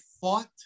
fought